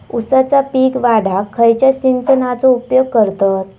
ऊसाचा पीक वाढाक खयच्या सिंचनाचो उपयोग करतत?